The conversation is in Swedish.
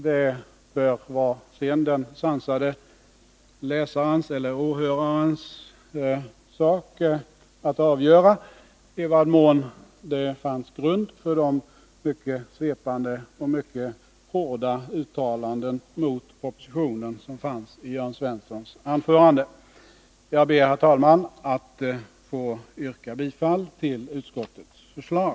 Det bör sedan vara den sansade åhörarens eller läsarens sak att avgöra i vad mån det fanns grund för de mycket svepande och mycket hårda uttalandena mot propositionen i Jörn Svenssons anförande. Jag ber, herr talman, att få yrka bifall till utskottets förslag.